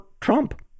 Trump